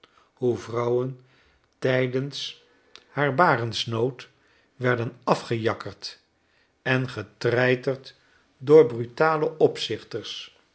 hoe vrouwen tijdens haar barensslotopmerkingen nood werden afgejakkerd en getreiterd door brutale opzichters